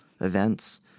events